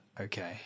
Okay